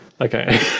Okay